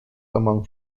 among